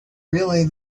really